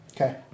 Okay